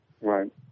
Right